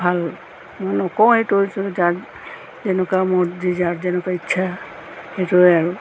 ভাল নকওঁ এটো যাক যেনেকুৱা মুড যি যাৰ যেনেকুৱা ইচ্ছা সেইটোৱে আৰু